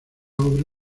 obra